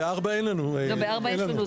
בסעיף 4 אין לנו --- ב-4 יש לנו.